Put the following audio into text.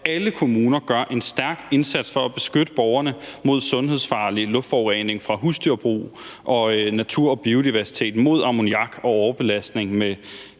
alle kommuner gør en stor indsats for at beskytte borgerne mod sundhedsfarlig luftforurening fra husdyrbrug og beskytte natur og biodiversitet mod ammoniak og overbelastning med